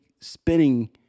spinning